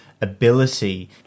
ability